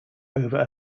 over